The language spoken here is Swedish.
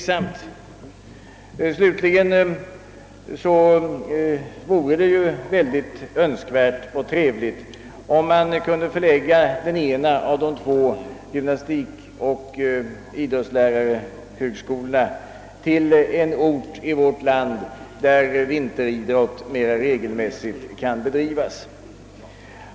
Slutligen vore det önskvärt, om den ena av de två gymnastikoch idrottshögskolorna kunde förläggas till en ort i vårt land där vinteridrott mera regelmässigt kan bedrivas.